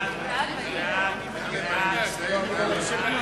התש"ע 2009,